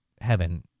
heaven